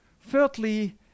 Thirdly